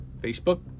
Facebook